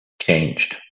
changed